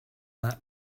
that